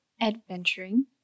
adventuring